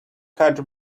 catch